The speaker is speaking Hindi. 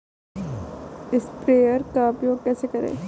स्प्रेयर का उपयोग कैसे करें?